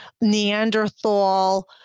Neanderthal